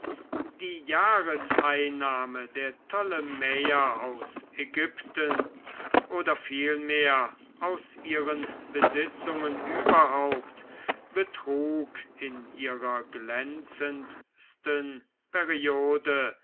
die jahreseinnahme der ptolemäer aus ägypten oder vielmehr aus ihren besitzungen überhaupt betrug in ihrer glänzendsten periode